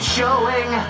showing